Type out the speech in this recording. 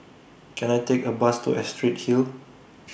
Can I Take A Bus to Astrid Hill